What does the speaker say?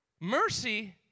Mercy